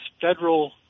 federal